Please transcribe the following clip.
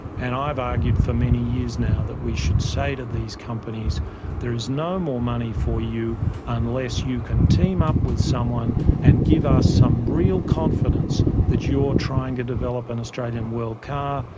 and i have argued for many years now that we should say to these companies there is no more money for you unless you can team up with someone and give us some real confidence that you're trying to develop an australian world car,